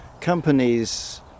Companies